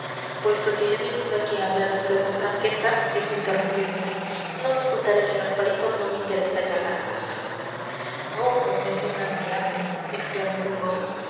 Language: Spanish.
puesto que he venido aquí a hablar a usted con franqueza dijo interrumpiéndome no le ocultaré que gasparito no me interesa ya gran cosa oh confesión admirable exclamé con gozo